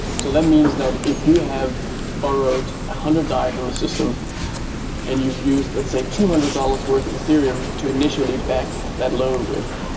so that means that if you have borrowed a one hundred dai from the system and you've used let's say two hundred dollars worth of ethereum to initially back that loan with,